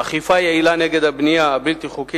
אכיפה יעילה נגד הבנייה הבלתי-חוקית,